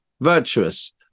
virtuous